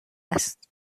است